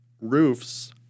Roofs